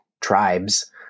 tribes